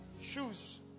shoes